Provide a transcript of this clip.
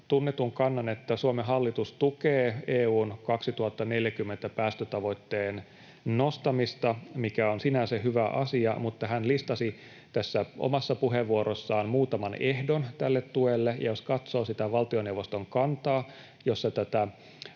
tunnetun kannan, että Suomen hallitus tukee EU:n 2040-päästötavoitteen nostamista, mikä on sinänsä hyvä asia, mutta hän listasi tässä omassa puheenvuorossaan muutaman ehdon tälle tuelle. Jos katsoo sitä valtioneuvoston kantaa, jossa tätä